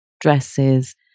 dresses